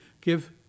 Give